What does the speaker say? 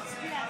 נצביע.